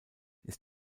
ist